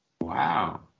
Wow